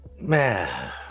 man